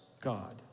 God